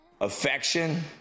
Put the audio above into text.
affection